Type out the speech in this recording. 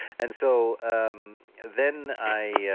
and so, um then i